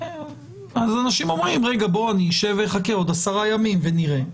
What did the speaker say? אז אנשים אומרים אני אשב ואחכה עוד עשרה ימים ונראה.